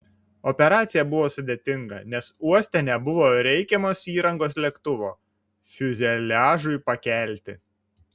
operacija buvo sudėtinga nes uoste nebuvo reikiamos įrangos lėktuvo fiuzeliažui pakelti